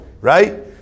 right